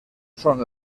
són